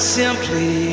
simply